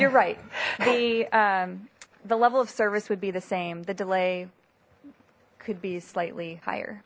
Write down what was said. you're right the the level of service would be the same the delay could be slightly higher